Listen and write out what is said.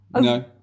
no